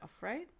right